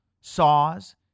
saws